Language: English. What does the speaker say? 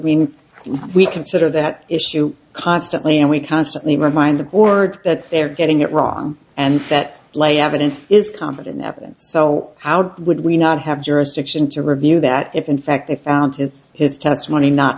mean we consider that issue constantly and we constantly my mind the board that they are getting it wrong and that lay evidence is common evidence so how would we not have jurisdiction to review that if in fact they found his his testimony not